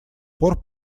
пор